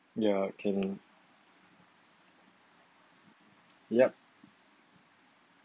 ya kenny yup